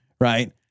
Right